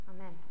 Amen